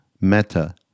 meta